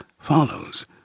follows